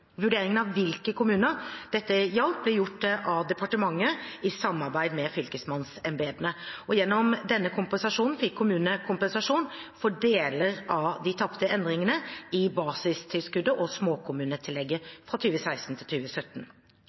av hvilke kommuner dette gjaldt, ble gjort av departementet i samarbeid med fylkesmannsembetene. Gjennom denne kompensasjonen fikk kommunene kompensasjon for deler av det de tapte på endringene i basistilskuddet og småkommunetillegget fra 2016 til